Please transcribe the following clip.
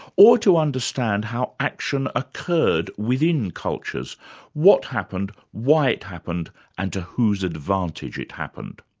or to understand how action occurred within cultures what happened, why it happened and to whose advantage it happened.